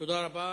תודה רבה.